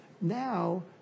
Now